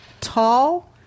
tall